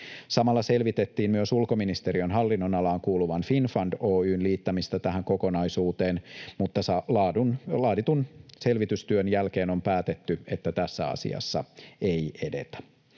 Samalla selvitettiin myös ulkoministeriön hallinnonalaan kuuluvan Finnfund Oy:n liittämistä tähän kokonaisuuteen, mutta laaditun selvitystyön jälkeen on päätetty, että tässä asiassa ei edetä.